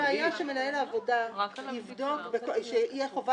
האם יש בעיה שמנהל העבודה יהיה חייב